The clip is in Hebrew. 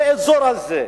באזור הזה,